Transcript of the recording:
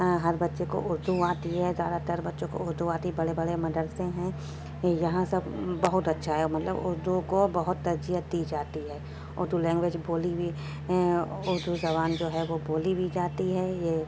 ہر بچے کو اردو آتی ہے زیادہ تر بچوں کو اردو آتی بڑے بڑے مدرسے ہیں یہاں سب بہت اچھا ہے مطلب اردو کو بہت ترجیح دی جاتی ہے اردو لینگویج بولی بھی اردو زبان جو ہے وہ بولی بھی جاتی ہے یہ